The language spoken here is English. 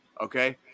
Okay